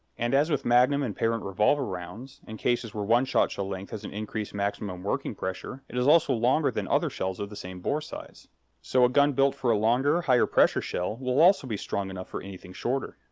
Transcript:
and as with magnum and parent revolver rounds, in cases where one shotshell length has an increased maximum working pressure, it is also longer than other shells of the same bore size so a gun built for a longer, higher-pressure shell will also be strong enough for anything shorter.